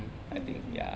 mm mm mm